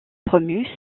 promus